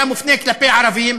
היה מופנה כלפי ערבים,